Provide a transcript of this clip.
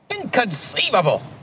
Inconceivable